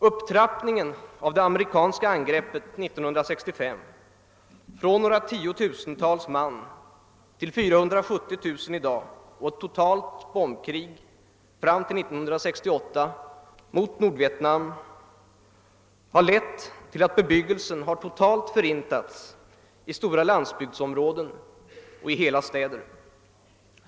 Upptrappningen av det amerikanska angreppet 1965 från några tiotusental man till 470 000 man i dag och ett totalt bombkrig fram till 1968 mot Nordvietnam har lett till att bebyggelsen totalt förintats i stora landsbygdsområden och hela städer.